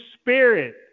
Spirit